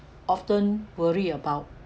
often worry about